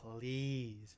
please